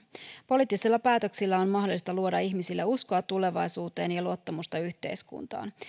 poliittisilla päätöksillä on mahdollista luoda ihmisille uskoa tulevaisuuteen ja luottamusta yhteiskuntaan